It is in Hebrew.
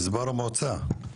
גזבר המועצה.